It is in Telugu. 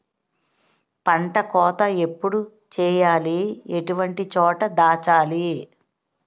పంట కోత ఎప్పుడు చేయాలి? ఎటువంటి చోట దాచాలి?